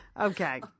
Okay